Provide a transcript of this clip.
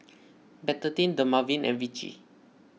Betadine Dermaveen and Vichy